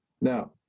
Now